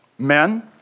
Men